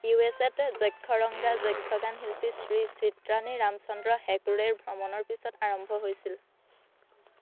U S A ত যক্ষৰঙ্গা যক্ষগান শিল্পী শ্ৰী চিত্ৰানী ৰামচন্দ্ৰ হেগড়েৰ ভ্ৰমণৰ পিছত আৰম্ভ হৈছিল